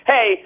Hey